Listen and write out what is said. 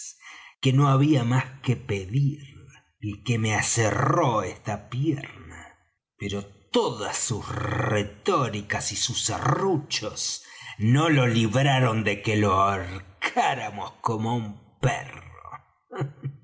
que no había más que pedir el que me aserró esta pierna pero todas sus retóricas y sus serruchos no lo libraron de que lo ahorcáramos como á un perro